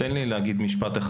תן לי להגיד משפט אחד.